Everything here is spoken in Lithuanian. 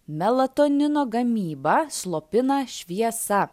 melatonino gamybą slopina šviesa